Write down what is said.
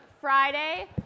Friday